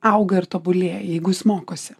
auga ir tobulėja jeigu jis mokosi